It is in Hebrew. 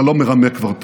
אתה כבר לא מרמה טוב,